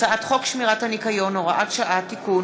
הצעת חוק שמירת הניקיון (הוראת שעה) (תיקון),